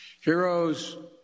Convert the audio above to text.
Heroes